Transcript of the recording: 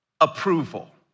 approval